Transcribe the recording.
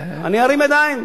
אני ארים ידיים.